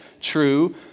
true